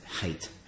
hate